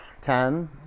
Ten